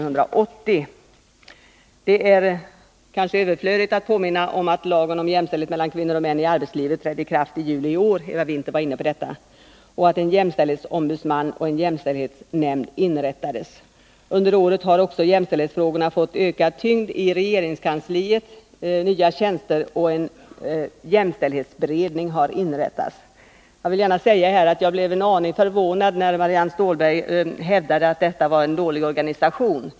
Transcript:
Det är kanske överflödigt att påminna om att lagen om jämställdhet mellan kvinnor och män i arbetslivet trädde i kraft den 1 juli i år — Eva Winther var inne på detta — och att en jämställdhetsombudsman och en jämställdhetsnämnd tillsattes. Under året har också jämställdhetsfrågorna fått ökad tyngd i regeringskansliet; nya tjänster och en jämställdhetsberedning har inrättats. Jag blev en aning förvånad när Marianne Stålberg hävdade att det var en dålig organisation.